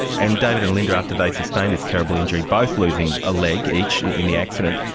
and david and linda, after they sustained this terrible injury, both losing a leg each in the accident,